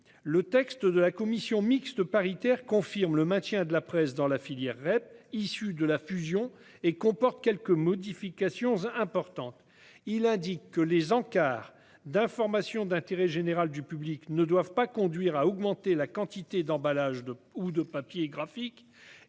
le texte de la commission mixte paritaire confirme le maintien de la presse dans la filière REP issue de la fusion et comporte quelques modifications importantes. Il indique que les encarts d'information d'intérêt général du public ne doivent pas conduire à augmenter la quantité d'emballage ou de papier graphique